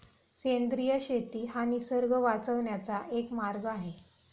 सेंद्रिय शेती हा निसर्ग वाचवण्याचा एक मार्ग आहे